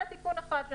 זה תיקון אחד.